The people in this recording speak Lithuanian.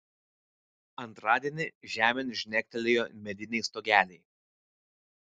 antradienį žemėn žnektelėjo mediniai stogeliai